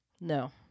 No